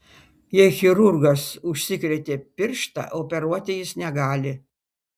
jei chirurgas užsikrėtė pirštą operuoti jis negali